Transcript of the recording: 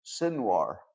Sinwar